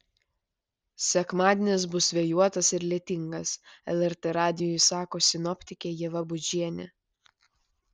sekmadienis bus vėjuotas ir lietingas lrt radijui sako sinoptikė ieva budžienė